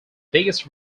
biggest